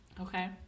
Okay